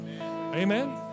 Amen